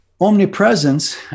omnipresence